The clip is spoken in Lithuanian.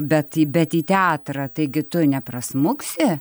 bet į bet į teatrą taigi tu neprasmuksi